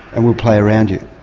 and we'll play around you.